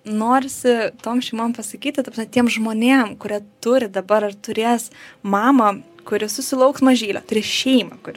norisi tom šeimom pasakyti tiem žmonėm kurie turi dabar ar turės mamą kuri susilauks mažylio turi šeimą kuri